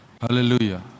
Hallelujah